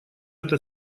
это